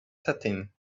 setting